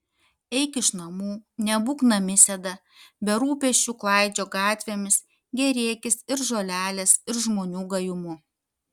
eik iš namų nebūk namisėda be rūpesčių klaidžiok gatvėmis gėrėkis ir žolelės ir žmonių gajumu